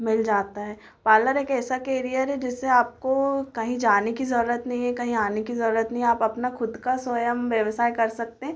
मिल जाता है पार्लर एक ऐसा केरियर है जिससे आपको कहीं जाने ज़रुरत नहीं है कहीं आने की ज़रुरत नहीं है आप अपना खुद का स्वयं व्यवसाय कर सकते हैं